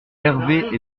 herve